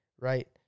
right